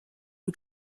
who